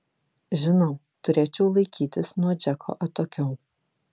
žinau turėčiau laikytis nuo džeko atokiau